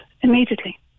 immediately